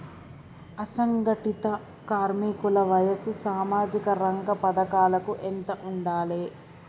అసంఘటిత కార్మికుల వయసు సామాజిక రంగ పథకాలకు ఎంత ఉండాలే?